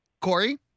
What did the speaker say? Corey